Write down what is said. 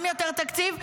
גם יותר תקציב,